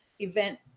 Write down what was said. event